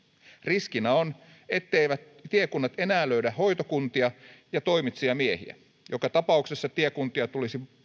riskinä on etteivät tiekunnat enää löydä hoitokuntia ja toimitsijamiehiä joka tapauksessa tiekuntia tulisi